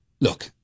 Look